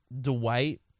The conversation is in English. Dwight